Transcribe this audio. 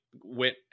went